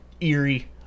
eerie